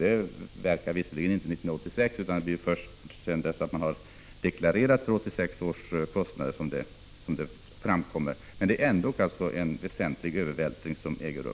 Det verkar visserligen inte 1986 utan först när det blir fråga om deklarationen för 1986. Men det är en väsentlig övervältring som äger rum.